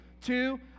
Two